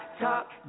talk